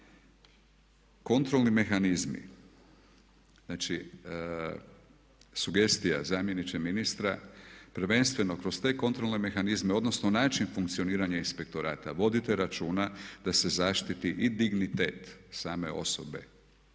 kontrolni mehanizmi, sugestija zamjeniče ministra, prvenstveno kroz te kontrolne mehanizme odnosno način funkcioniranja Inspektorata vodite računa da se zaštiti i dignitet same osobe